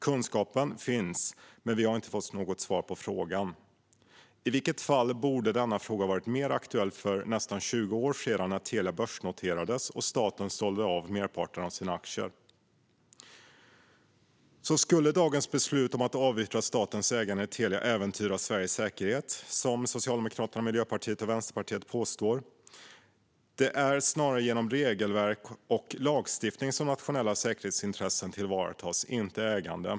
Kunskapen finns, men vi har inte fått något svar på frågan. I vilket fall som helst borde denna fråga ha varit mer aktuell för nästan 20 år sedan, när Telia börsnoterades och staten sålde av merparten av sina aktier. Skulle då dagens beslut om att avyttra statens ägande i Telia äventyra Sveriges säkerhet, som Socialdemokraterna, Miljöpartiet och Vänsterpartiet påstår? Det är snarare genom regelverk och lagstiftning som nationella säkerhetsintressen tillvaratas, och inte genom ägande.